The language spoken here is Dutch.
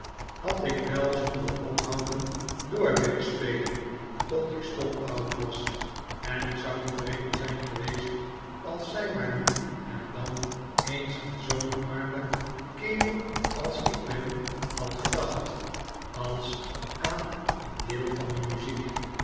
had ik wel zonder ophouden door willen spelen tot ik stokoud was en ik zou tevreden zijn geweest als zij maar nu en dan eens aan zoo'n armen kerel als ik ben had gedacht als aan een deel van de muziek